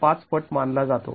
५ पट मानला जातो